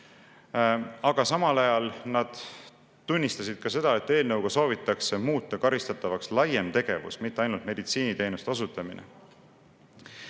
Aga samal ajal nad tunnistasid ka seda, et eelnõuga soovitakse muuta karistatavaks laiem tegevus, mitte ainult meditsiiniteenuste osutamine.